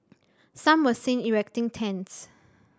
some were seen erecting tents